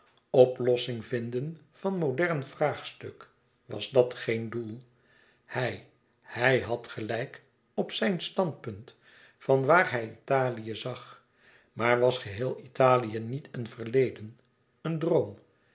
oplossing vinden van modern vraagstuk was dat geen doel hij hij had gelijk op zijn standpunt vanwaar hij italië zag maar was geheel italië niet een verleden een droom